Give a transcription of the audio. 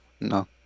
No